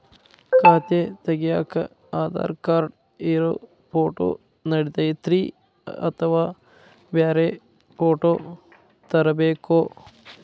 ಖಾತೆ ತಗ್ಯಾಕ್ ಆಧಾರ್ ಕಾರ್ಡ್ ಇರೋ ಫೋಟೋ ನಡಿತೈತ್ರಿ ಅಥವಾ ಬ್ಯಾರೆ ಫೋಟೋ ತರಬೇಕೋ?